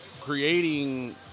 creating